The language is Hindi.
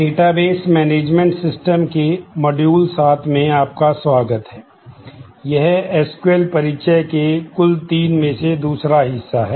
डेटाबेस मैनेजमेंट सिस्टम परिचय के कुल 3 में से दूसरा हिस्सा है